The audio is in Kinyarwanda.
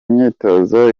myitozo